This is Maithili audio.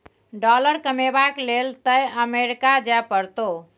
डॉलर कमेबाक लेल तए अमरीका जाय परतौ